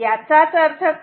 याचाच अर्थ काय